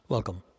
Welcome